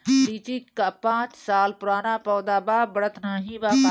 लीची क पांच साल पुराना पौधा बा बढ़त नाहीं बा काहे?